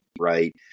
right